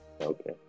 Okay